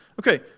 Okay